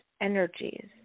energies